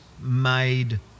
made